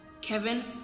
Kevin